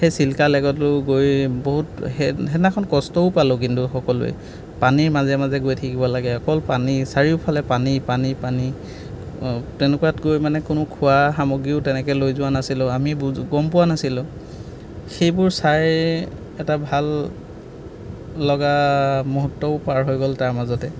সেই চিল্কা লেকটো গৈ বহুত সেইদিনাখন কষ্টও পালোঁ কিন্তু সকলোৱে পানীৰ মাজে মাজে গৈ থাকিব লাগে অকল পানী চাৰিওফালে পানী পানী পানী তেনেকুৱাত গৈ মানে কোনো খোৱা সামগ্ৰীও তেনেকৈ লৈ যোৱা নাছিলোঁ আমি বুজ গম পোৱা নাছিলোঁ সেইবোৰ চাই এটা ভাল লগা মুহূৰ্তও পাৰ হৈ গ'ল তাৰ মাজতে